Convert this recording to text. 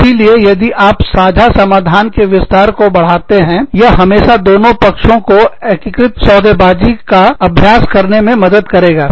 इसीलिए यदि आप साझा समाधान के विस्तार को बढ़ाते हैं यह हमेशा दोनों पक्षों को एकीकृत सौदेबाजी सौदाकारी का अभ्यास करने में मदद करेगा